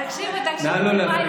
תקשיבו, תקשיבו,